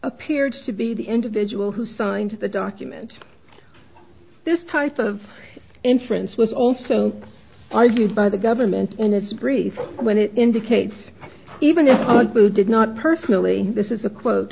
appeared to be the individual who signed the documents this type of insurance was also argued by the government in this brief when it indicates even if possible did not personally this is a quote